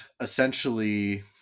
essentially